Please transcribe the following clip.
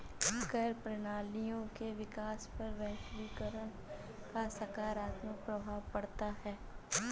कर प्रणालियों के विकास पर वैश्वीकरण का सकारात्मक प्रभाव पढ़ता है